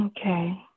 Okay